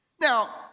Now